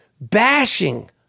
bashing